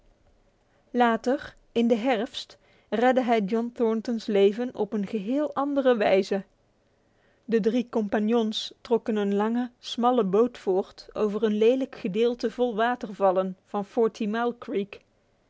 later in de herfst redde hij john thornton's leven op een heel andere wijze de drie compagnons trokken een lange smalle boot voort over een lelijk gedeelte vol watervallen van forty mile crek